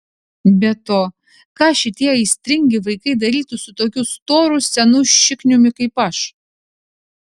be to ką šitie aistringi vaikai darytų su tokiu storu senu šikniumi kaip aš